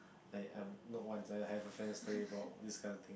like I'm not once ah I have a friend studying about this kind of thing